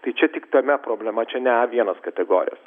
tai čia tik tame problema čia ne a vienas kategorijos